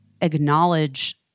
acknowledge